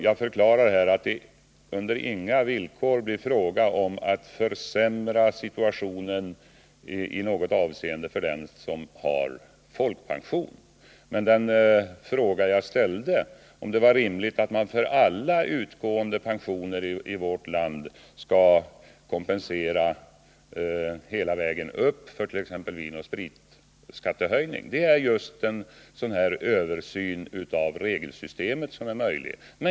Jag förklarar här att det på inga villkor blir fråga om att försämra situationen i något avseende för den som har folkpension att lita till. Men den fråga jag ställde, om det var rimligt att man för alla utgående pensioner i vårt land skall kompensera hela vägen upp — t.ex. för vinoch spritskattehöjning — gäller just en sådan översyn av regelsystemet som är möjlig.